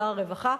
שר הרווחה,